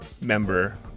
member